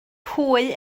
pwy